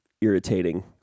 irritating